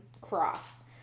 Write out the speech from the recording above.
cross